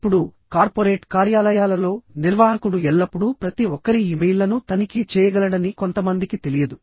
ఇప్పుడు కార్పొరేట్ కార్యాలయాలలో నిర్వాహకుడు ఎల్లప్పుడూ ప్రతి ఒక్కరి ఇమెయిల్లను తనిఖీ చేయగలడని కొంతమందికి తెలియదు